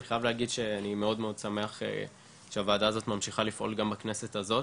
אני חייב להגיד שאני מאוד שמח שהוועדה הזאת ממשיכה לפעול גם בכנסת הזאת.